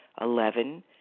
Eleven